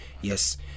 Yes